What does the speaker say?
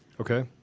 okay